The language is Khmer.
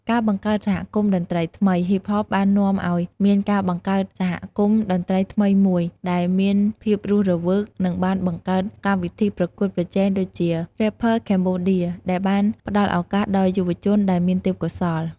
ការបង្កើតសហគមន៍តន្ត្រីថ្មី ហ៊ីបហប បាននាំឱ្យមានការបង្កើតសហគមន៍តន្ត្រីថ្មីមួយដែលមានភាពរស់រវើក និងបានបង្កើតកម្មវិធីប្រកួតប្រជែងដូចជា រ៉េបភើខេបូឌៀរ ដែលបានផ្តល់ឱកាសដល់យុវជនដែលមានទេពកោសល្យ។